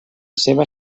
seva